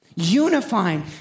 unifying